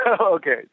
Okay